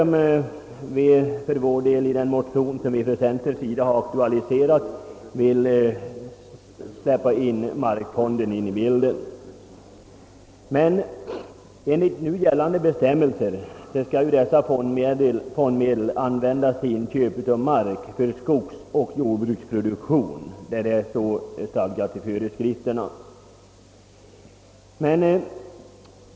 Den motion som vi från centerpartiet aktualiserat vill just släppa in markfonden i bilden. Enligt nu gällande bestämmelser skall dessa fondmedel användas till inköp av mark för skogsoch jordbruksproduktion.